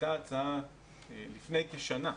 הייתה לפני כשנה.